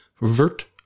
vert